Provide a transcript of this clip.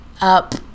up